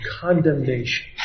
condemnation